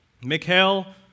Mikhail